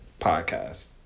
podcast